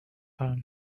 time